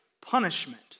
punishment